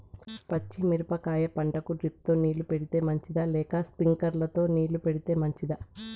పచ్చి మిరపకాయ పంటకు డ్రిప్ తో నీళ్లు పెడితే మంచిదా లేదా స్ప్రింక్లర్లు తో నీళ్లు పెడితే మంచిదా?